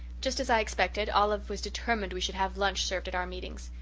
just as i expected, olive was determined we should have lunch served at our meetings.